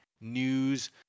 news